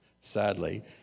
sadly